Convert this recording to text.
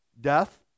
death